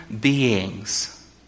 beings